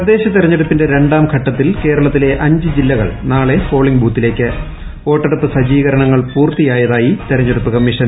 തദ്ദേശ തിരഞ്ഞെടുപ്പിന്റെ രണ്ടാംഘട്ടത്തിൽ കേരളത്തിലെ അഞ്ച് ജില്ല കൾ നാളെ പോളിംഗ് ബൂത്തിലേയ്ക്ക് വോട്ടെടുപ്പ് സജീകരണങ്ങൾ പൂർത്തിയായതായി തിരഞ്ഞെടുപ്പ് കമ്മീഷൻ